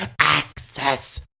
Access